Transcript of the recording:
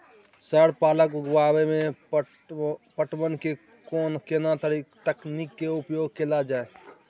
Sir पालक उगाव में पटवन के केना तकनीक के उपयोग कैल जाए?